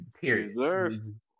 Period